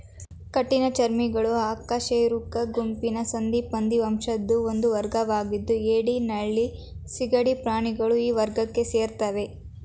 ಕಠಿಣ ಚರ್ಮಿಗಳು ಅಕಶೇರುಕ ಗುಂಪಿನ ಸಂಧಿಪದಿ ವಂಶದ ಒಂದು ವರ್ಗವಾಗಿದ್ದು ಏಡಿ ನಳ್ಳಿ ಸೀಗಡಿ ಪ್ರಾಣಿಗಳು ಈ ವರ್ಗಕ್ಕೆ ಸೇರ್ತವೆ